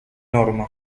norma